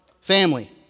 family